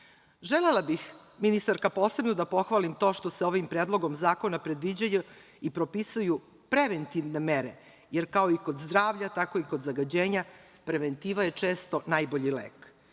buke. Želela bih, ministarka, posebno da pohvalim to što se ovim predlogom zakona predviđaju i propisuju preventivne mere, jer kao i kod zdravlja, tako i kod zagađenja, preventiva je često najbolji lek. Zato